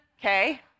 okay